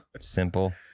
Simple